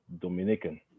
Dominican